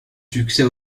succès